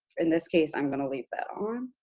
in this case, i'm gonna leave that on.